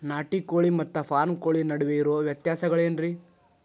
ನಾಟಿ ಕೋಳಿ ಮತ್ತ ಫಾರಂ ಕೋಳಿ ನಡುವೆ ಇರೋ ವ್ಯತ್ಯಾಸಗಳೇನರೇ?